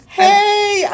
hey